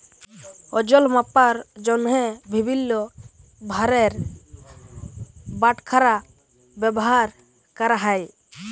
ওজল মাপার জ্যনহে বিভিল্ল্য ভারের বাটখারা ব্যাভার ক্যরা হ্যয়